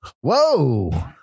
Whoa